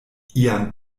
ian